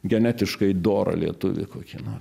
genetiškai dorą lietuvį kokį nors